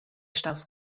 staus